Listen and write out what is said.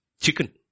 Chicken